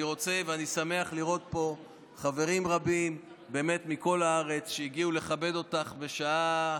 אני שמח לראות פה חברים רבים מכל הארץ שהגיעו לכבד אותך בשעה